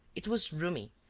it was roomy,